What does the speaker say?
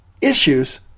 issues